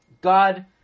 God